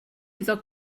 iddo